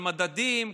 על מדדים,